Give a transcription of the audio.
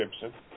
Gibson